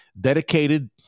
dedicated